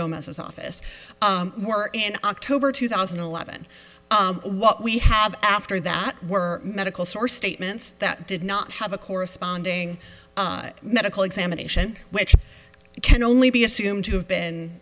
gomez's office more in october two thousand and eleven what we have after that were medical source statements that did not have a corresponding medical examination which can only be assumed to have been